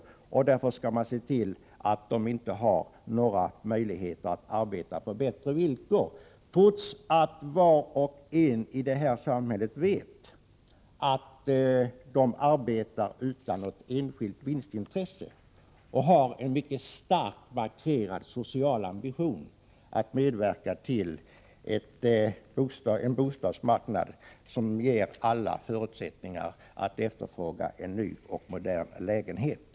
Man skall därför se till att dessa organisationer på detta område inte har några möjligheter att arbeta på bättre villkor, trots att var och en i detta samhälle vet att dessa organisationer arbetar utan något enskilt vinstintresse och har en mycket starkt markerad social ambition att medverka till en bostadsmarknad som ger alla förutsättningar när det gäller att efterfråga en ny och modern lägenhet.